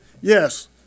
Yes